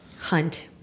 Hunt